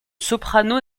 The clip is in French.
soprano